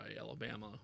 Alabama